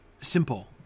simple